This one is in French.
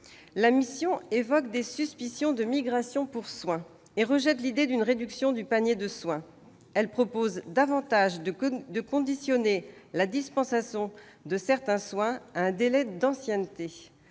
La mission évoque des « suspicions de migrations pour soins » et rejette l'idée d'une réduction du panier de soins. Elle propose plutôt de conditionner la dispensation de certains soins à un délai d'ancienneté.